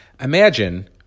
Imagine